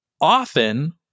Often